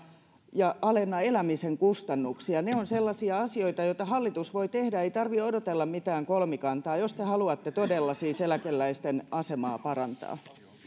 ja alenna elämisen kustannuksia ne ovat sellaisia asioita joita hallitus voi tehdä ei tarvitse odotella mitään kolmikantaa jos te haluatte todella siis eläkeläisten asemaa parantaa